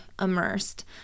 immersed